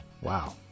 Wow